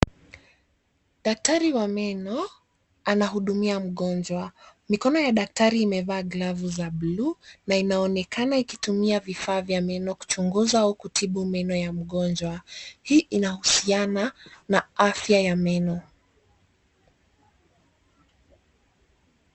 Daktari wa meno anahudumia mgonjwa. Mikono ya daktari imevaa glavu za buluu na inaonekana ikitumia vifaa vya meno kuchunguza au kutibu meno ya mgonjwa. Hii inahusiana na afya ya meno.